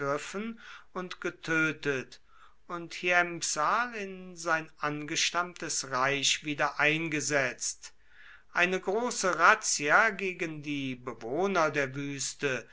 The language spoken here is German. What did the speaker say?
und getötet und hiempsal in sein angestammtes reich wiedereingesetzt eine große razzia gegen die bewohner der wüste